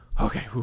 okay